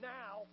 now